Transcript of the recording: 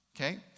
Okay